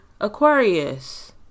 Aquarius